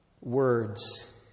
words